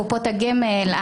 קופות הגמל,